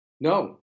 No